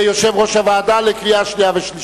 יושב-ראש הוועדה לקריאה שנייה ושלישית.